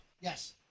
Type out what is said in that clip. Yes